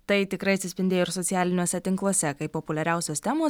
tai tikrai atsispindėjo ir socialiniuose tinkluose kaip populiariausios temos